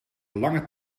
lange